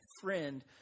friend